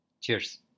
Cheers